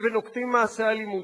ונוקטים מעשי אלימות נגדם,